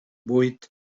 vuit